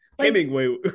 hemingway